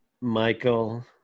Michael